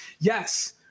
Yes